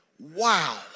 wow